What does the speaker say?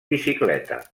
bicicleta